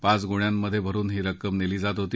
पाच गोण्यांमध्ये भरून ही रक्कम नेली जात होती